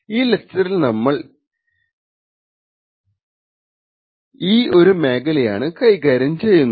ഈ ലെക്ച്ചറിൽ നമ്മൾ ഈ ഒരു മേഖലയാണ് കൈകാര്യം ചെയ്യുന്നത്